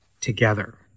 together